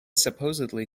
supposedly